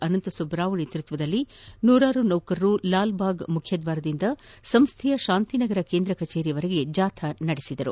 ಅನಂತಸುಬ್ಬರಾವ್ ನೇತೃತ್ವದಲ್ಲಿ ನೂರಾರು ನೌಕರರು ಲಾಲ್ಭಾಗ್ ಮುಖ್ಯದ್ವಾರದಿಂದ ಸಂಸೈಯ ಶಾಂತಿನಗರ ಕೇಂದ್ರ ಕಚೇರಿವರೆಗೆ ಜಾಥಾ ನಡೆಸಿದರು